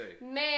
Man